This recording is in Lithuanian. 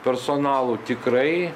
personalu tikrai